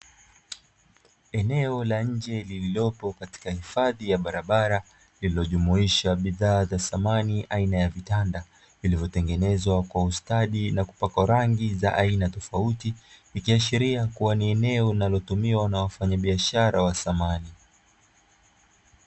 Eneo la nje lililopo katika hifadhi ya barabara iliyojumuisha bidhaa za samani aina ya vitanda, vilichotengenezwa kwa ustadi na kupakwa rangi za aina tofauti zikiashiria kuwa ni eneo linalotumiwa na wafanya biashara wa samani.